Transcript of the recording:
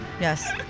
Yes